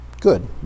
good